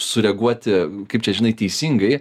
sureaguoti kaip čia žinai teisingai